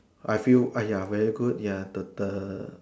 I feel !aiya! very good ya the the